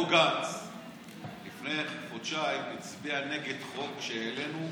אותו גנץ לפני חודשיים הצביע נגד חוק שהעלינו,